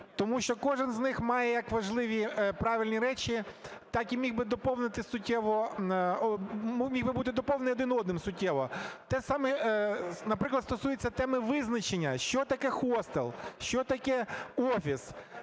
Тому що кожен з них має як важливі, правильні речі, так і міг би доповнити суттєво, міг би бути доповнений один одним суттєво. Те саме, наприклад, стосується теми визначення, що таке "хостел", що таке "офіс".